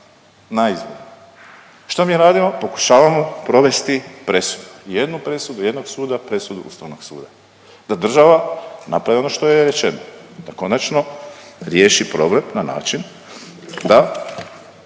na izboru. Što mi radimo? Pokušavamo provesti presudu, jednu presudu jednog suda, presudu Ustavnog suda da država napravi ono što joj je rečeno da konačno riješi problem na način da